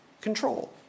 control